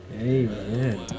Amen